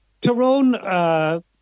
Tyrone